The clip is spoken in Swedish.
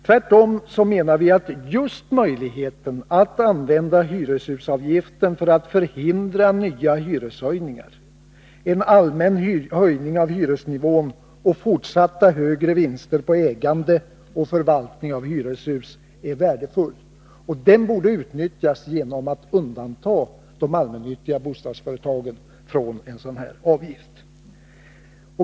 Tvärtom menar vi att just möjligheten att använda hyreshusavgiften för att förhindra nya hyreshöjningar, en allmän höjning av hyresnivån och fortsatta höga vinster på ägande och förvaltning av hyreshus är värdefull. Den bör utnyttjas genom att man undantar de allmännyttiga bostadsföretagen från en sådan här avgift.